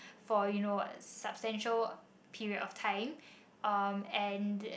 for you know substantial period of time and